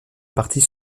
partie